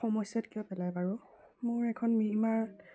সমস্যাত কিয় পেলাই বাৰু মোৰ এখন মিমাৰ